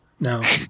No